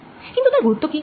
কিন্তু তার গুরত্ব কি